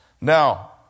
Now